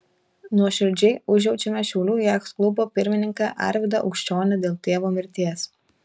nuoširdžiai užjaučiame šiaulių jachtklubo pirmininką arvydą aukščionį dėl tėvo mirties